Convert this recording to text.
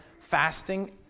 fasting